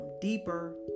deeper